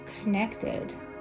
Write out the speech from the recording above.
connected